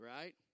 right